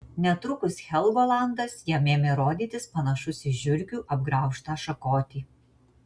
netrukus helgolandas jam ėmė rodytis panašus į žiurkių apgraužtą šakotį